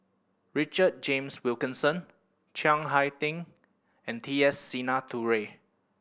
Richard James Wilkinson Chiang Hai Ding and T S Sinnathuray